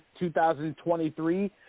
2023